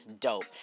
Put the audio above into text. dope